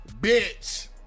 bitch